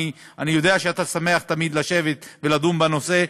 אני יודע שאתה שמח תמיד לשבת ולדון בנושא.